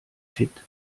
fit